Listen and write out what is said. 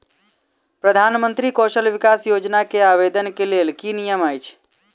प्रधानमंत्री कौशल विकास योजना केँ आवेदन केँ लेल की नियम अछि?